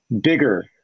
bigger